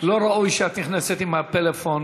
לא ראוי שאת נכנסת עם הפלאפון